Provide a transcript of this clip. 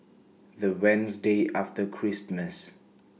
The Wednesday after Christmas